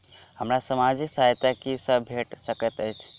हमरा सामाजिक सहायता की सब भेट सकैत अछि?